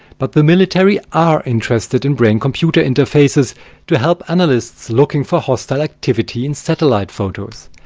but the military are interested in brain computer interfaces to help analysts looking for hostile activity in satellite photos.